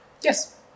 Yes